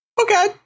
Okay